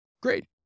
great